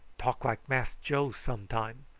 talk like mass joe some time.